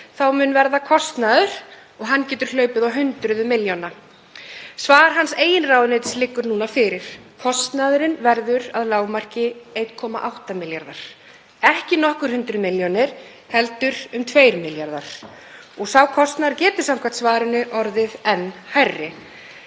þá mun verða kostnaður og hann getur hlaupið á hundruðum milljóna.“ Svar hans eigin ráðuneytis liggur núna fyrir; kostnaðurinn verður að lágmarki 1,8 milljarðar. Ekki nokkur hundruð milljónir heldur um 2 milljarðar og sá kostnaður getur samkvæmt svarinu orðið enn hærri.